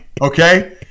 Okay